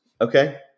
Okay